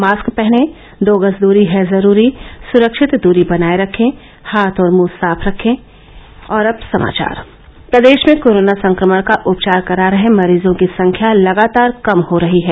mask पहनें दो गज दूरी है जरूरी सुरक्षित दूरी बनाये रखें हाथ और मुंह साफ रखें प्रदेश में कोरोना संक्रमण का उपचार करा रहे मरीजों की संख्या लगातार कम हो रही है